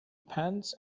pants